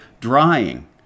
drying